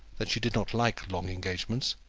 that she did not like long engagements,